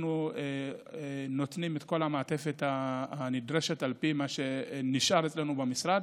אנחנו נותנים את כל המעטפת הנדרשת על פי מה שנשאר אצלנו במשרד